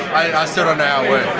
i i still don't know